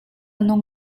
nung